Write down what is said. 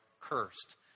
cursed